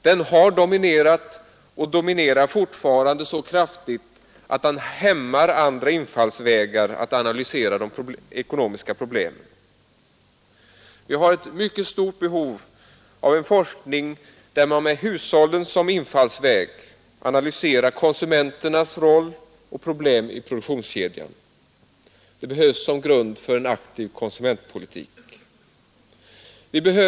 Den har dominerat och dominerar fortfarande så kraftigt att den hämmar andra infallsvägar att analysera de ekonomiska problemen. Vi har ett mycket stort behov av en forskning där man med hushållen som infallsväg analyserar konsumenternas roll och problem i produk tionskedjan. Det behövs som grund för en aktiv konsumentpolitik.